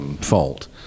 fault